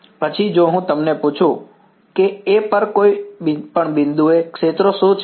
પછી જો હું તમને પૂછું કે A પર કોઈપણ બિંદુએ ક્ષેત્રો શું છે